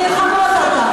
ונלחמות על כך,